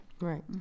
Right